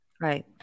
Right